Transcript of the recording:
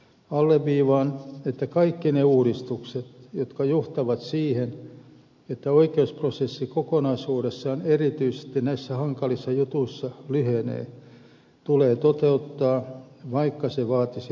alleviivaan että kaikki ne uudistukset jotka johtavat siihen että oikeusprosessi kokonaisuudessaan erityisesti näissä hankalissa jutuissa lyhenee tulee toteuttaa vaikka se vaatisi lisäkustannuksia